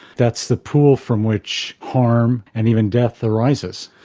that's the pool from which harm and even death arises.